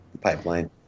pipeline